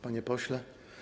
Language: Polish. Panie Pośle!